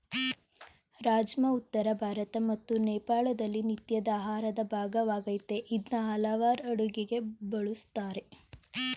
ರಾಜ್ಮಾ ಉತ್ತರ ಭಾರತ ಮತ್ತು ನೇಪಾಳದಲ್ಲಿ ನಿತ್ಯದ ಆಹಾರದ ಭಾಗವಾಗಯ್ತೆ ಇದ್ನ ಹಲವಾರ್ ಅಡುಗೆಗೆ ಬಳುಸ್ತಾರೆ